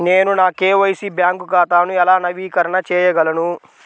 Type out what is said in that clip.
నేను నా KYC bank ఖాతాను ఎలా నవీకరణ చేయగలను?